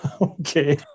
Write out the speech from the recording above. Okay